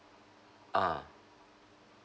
ah